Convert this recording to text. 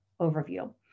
overview